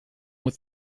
with